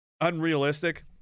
unrealistic